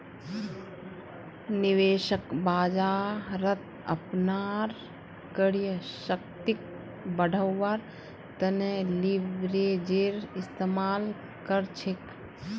निवेशक बाजारत अपनार क्रय शक्तिक बढ़व्वार तने लीवरेजेर इस्तमाल कर छेक